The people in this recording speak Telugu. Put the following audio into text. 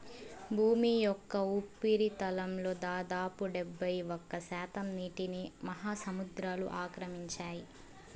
భూమి యొక్క ఉపరితలంలో దాదాపు డెబ్బైఒక్క శాతం నీటిని మహాసముద్రాలు ఆక్రమించాయి